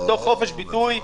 בתוך חופש ביטוי.